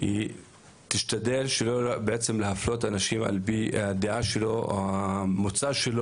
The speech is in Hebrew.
תשתדל שלא להפלות אנשים על-פי הדעה או המוצא.